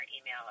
email